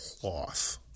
cloth